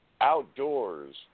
outdoors